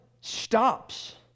stops